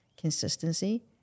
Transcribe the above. Consistency